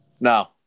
No